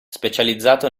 specializzato